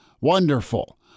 Wonderful